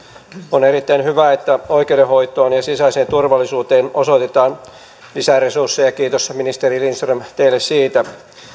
on erittäin hyvä että oikeudenhoitoon ja sisäiseen turvallisuuteen osoitetaan lisäresursseja kiitos ministeri lindström teille siitä